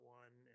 one